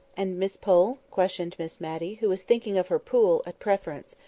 and miss pole? questioned miss matty, who was thinking of her pool at preference,